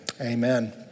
Amen